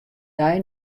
dei